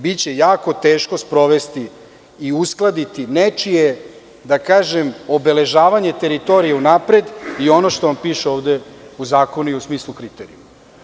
Biće jako teško sprovesti i uskladiti nečije obeležavanje teritorije unapred i ono što vam piše ovde u zakonu i u smislu kriterijuma.